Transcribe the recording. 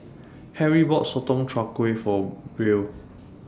Harry bought Sotong Char Kway For Buell